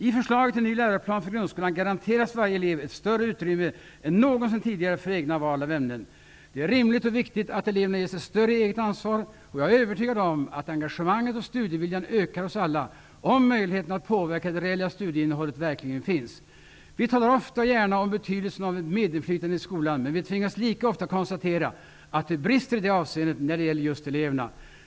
I förslaget till ny läroplan för grundskolan garanteras varje elev ett större utrymme än någonsin tidigare för egna val av ämnen. Det är rimligt och viktigt att eleverna ges ett större eget ansvar. Jag är övertygad om att engagemanget och studieviljan ökar hos alla, om möjligheterna att påverka det reella studieinnehållet verkligen finns. Vi talar ofta och gärna om betydelsen av medinflytande i skolan, men vi tvingas lika ofta konstatera att det brister i det avseendet när det gäller just eleverna.